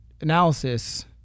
analysis